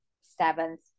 seventh